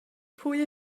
pwy